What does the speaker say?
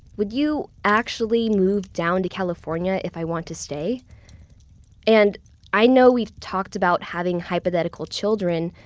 would you actually move down to california if i want to stay and i know we've talked about having hypothetical children.